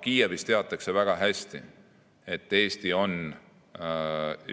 Kiievis väga hästi, et Eesti on